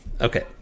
Okay